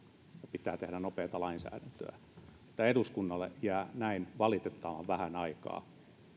pitää tehdä nopeaa lainsäädäntöä että eduskunnalle jää näin valitettavan vähän aikaa